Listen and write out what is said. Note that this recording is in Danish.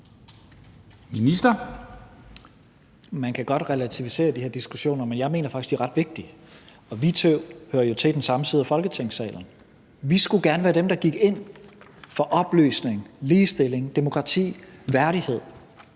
Man kan godt relativisere de her diskussioner, men jeg mener faktisk, de er ret vigtige. Vi hører jo til i den samme side af Folketingssalen, og vi skulle gerne være dem, der går ind for oplysning, ligestilling, demokrati og værdighed.